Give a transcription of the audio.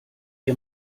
ihr